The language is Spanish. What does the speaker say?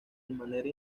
manera